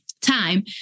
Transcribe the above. time